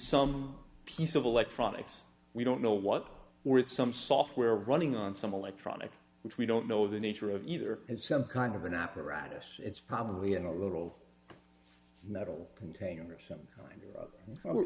some piece of electronics we don't know what were some software running on some electronics which we don't know the nature of either it's some kind of an apparatus it's probably in a little metal container some kind of we're